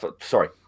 Sorry